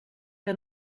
que